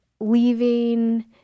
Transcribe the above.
leaving